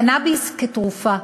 קנאביס כתרופה,